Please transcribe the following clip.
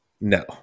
No